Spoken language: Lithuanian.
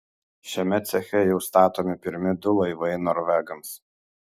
šiame ceche jau statomi pirmi du laivai norvegams